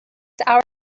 hour